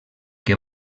que